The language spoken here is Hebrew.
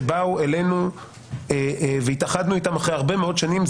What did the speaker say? שבאו אלינו והתאחדנו איתם אחרי הרבה מאוד שנים,